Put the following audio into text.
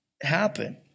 happen